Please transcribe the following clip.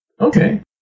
Okay